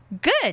Good